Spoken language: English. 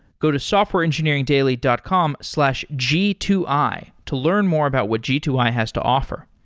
go to softwareengineeringdaily dot com slash g two i to learn more about what g two i has to offer.